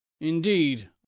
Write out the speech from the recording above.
Indeed